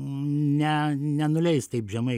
ne nenuleis taip žemai